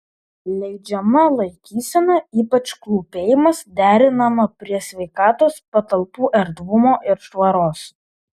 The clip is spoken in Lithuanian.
leidžiama laikysena ypač klūpėjimas derinama prie sveikatos patalpų erdvumo ir švaros